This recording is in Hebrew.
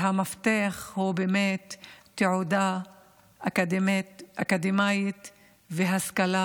והמפתח הוא באמת תעודה אקדמאית והשכלה